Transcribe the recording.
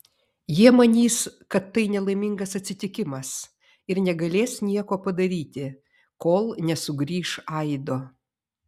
jie manys kad tai nelaimingas atsitikimas ir negalės nieko padaryti kol nesugrįš aido